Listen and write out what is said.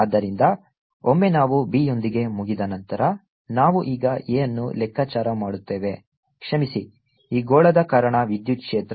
ಆದ್ದರಿಂದ ಒಮ್ಮೆ ನಾವು B ಯೊಂದಿಗೆ ಮುಗಿದ ನಂತರ ನಾವು ಈಗ A ಅನ್ನು ಲೆಕ್ಕಾಚಾರ ಮಾಡುತ್ತೇವೆ ಕ್ಷಮಿಸಿ ಈ ಗೋಳದ ಕಾರಣ ವಿದ್ಯುತ್ ಕ್ಷೇತ್ರ